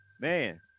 man